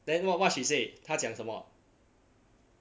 then what what she say 她讲什么